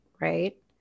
right